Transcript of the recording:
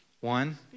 One